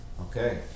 Okay